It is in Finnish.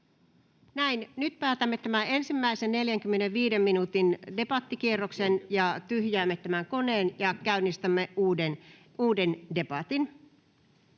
Näin. — Nyt päätämme tämän ensimmäisen 45 minuutin debattikierroksen ja tyhjäämme tämän koneen ja käynnistämme uuden debatin.